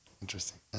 Interesting